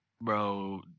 bro